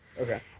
Okay